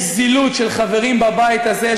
יש זילות אצל חברים בבית הזה,